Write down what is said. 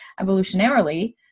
evolutionarily